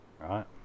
right